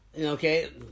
Okay